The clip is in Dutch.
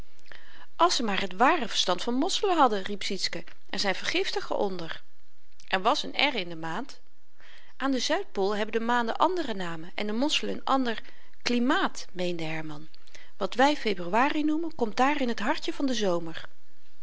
als ze maar t ware verstand van mosselen hadden riep sietske er zyn vergiftigen onder er was n r in de maand aan de zuidpool hebben de maanden andere namen en de mosselen n ander klimaat meende herman wat wy februari noemen komt daar in t hartje van den zomer